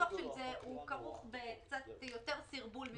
הניסוח של זה כרוך בקצת יותר סרבול.